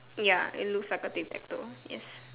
ya it looks like a tic tac toe yes